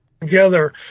together